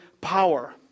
power